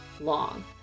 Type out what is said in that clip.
long